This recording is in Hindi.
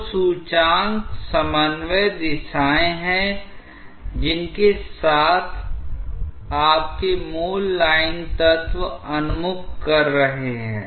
तो सूचकांक समन्वय दिशाएँ हैं जिनके साथ आपके मूल लाइन तत्व उन्मुख कर रहे हैं